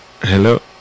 Hello